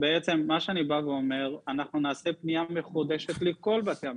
מה שאני בא ואומר זה שאנחנו נעשה פנייה מחודשת לכל בתי המלאכה,